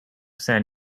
san